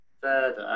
further